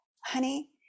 Honey